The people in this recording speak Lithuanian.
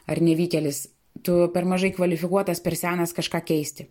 ar nevykėlis tu per mažai kvalifikuotas per senas kažką keisti